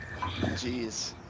Jeez